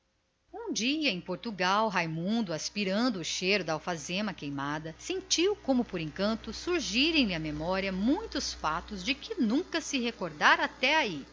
vez ainda em coimbra aspirando o cheiro de alfazema queimada sentiu como por encanto surgirem lhe à memória muitos fatos de que nunca se recordara até